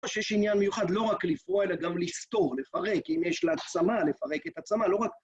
יש עניין מיוחד, לא רק לפרוע, אלא גם לסתור, לפרק, אם יש לה צמה, לפרק את הצמה, לא רק...